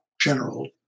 general